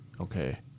okay